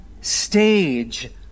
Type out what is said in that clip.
stage